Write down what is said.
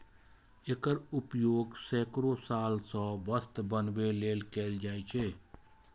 एकर उपयोग सैकड़ो साल सं वस्त्र बनबै लेल कैल जाए छै